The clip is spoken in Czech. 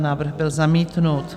Návrh byl zamítnut.